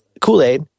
Kool-Aid